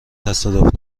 تصادف